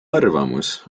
arvamus